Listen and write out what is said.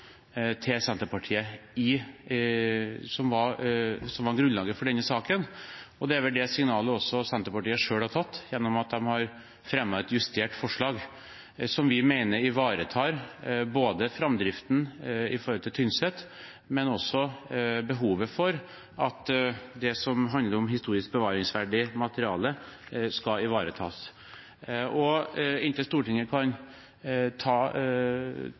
til Senterpartiet, som var grunnlaget for denne saken. Det er vel det signalet Senterpartiet selv har tatt gjennom at de har fremmet et justert forslag, som vi mener ivaretar framdriften på Tynset, men også behovet for at det som handler om historisk bevaringsverdig materiale, skal ivaretas. Inntil Stortinget kan ta